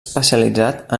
especialitzat